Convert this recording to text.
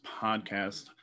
podcast